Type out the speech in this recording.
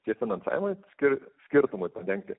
tie finansavimai skirt skirtumui padengti